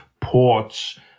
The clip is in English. ports